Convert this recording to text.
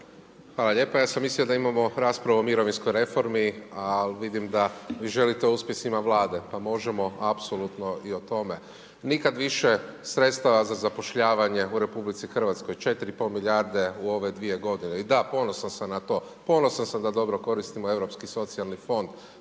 Hvala lijepa. Ja sam mislio da imamo raspravu o mirovinskoj reformi, ali vidim da vi želite o uspjesima Vlade pa možemo apsolutno i o tome. Nikad više sredstava za zapošljavanje u RH, 4 i pol milijarde u ove dvije godine i da, ponosan sam na to. Ponosan sam da dobro koristimo europski socijalni fond